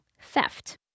Theft